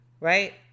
right